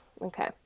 Okay